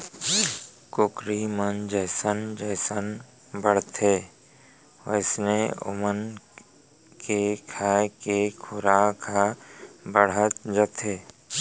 कुकरी मन जइसन जइसन बाढ़थें वोइसने ओमन के खाए के खुराक ह बाढ़त जाथे